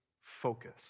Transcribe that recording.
focus